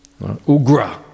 Ugra